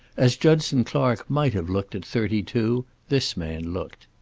as judson clark might have looked at thirty-two this man looked.